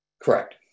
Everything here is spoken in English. Correct